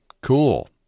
Cool